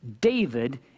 David